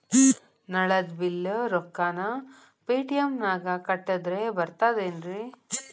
ನಳದ್ ಬಿಲ್ ರೊಕ್ಕನಾ ಪೇಟಿಎಂ ನಾಗ ಕಟ್ಟದ್ರೆ ಬರ್ತಾದೇನ್ರಿ?